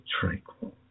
tranquil